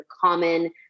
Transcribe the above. common